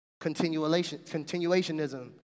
continuationism